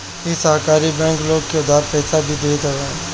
इ सहकारी बैंक लोग के उधार पईसा भी देत हवे